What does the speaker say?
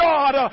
God